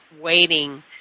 waiting